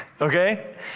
Okay